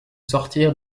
sortir